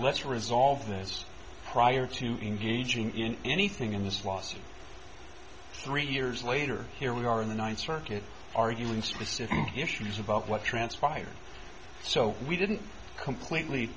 let's resolve this prior to engaging in anything in this lawsuit three years later here we are in the ninth circuit arguing specific issues about what transpired so we didn't completely